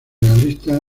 realistas